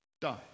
Die